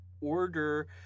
order